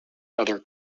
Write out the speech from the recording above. other